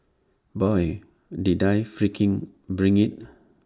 boy did I freaking bring IT